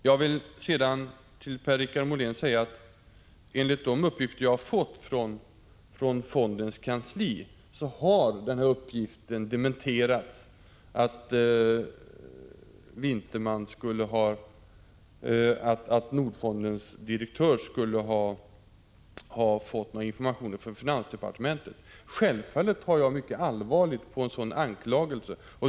Låt mig sedan till Per-Richard Molén säga att enligt de uppgifter jag har fått från fondens kansli har uppgiften att Nordfondens direktör skulle ha fått informationer från finansdepartementet dementerats. Självfallet tar jag mycket allvarligt på en sådan anklagelse.